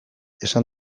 esan